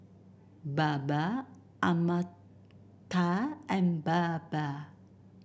Baba Amartya and Baba